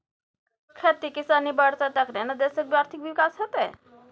खेती किसानी बढ़ितै तखने न देशक आर्थिक विकास हेतेय